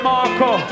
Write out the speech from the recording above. Marco